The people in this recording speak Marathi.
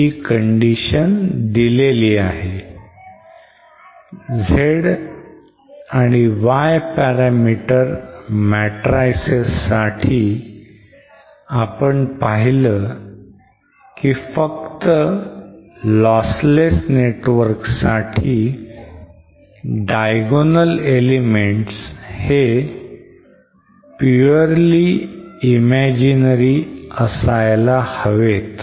Z and Y parameter matrices साठी आपण पाहिलं की फक्त lossless network साठी diagonal elements हे purely imaginary असायला हवेत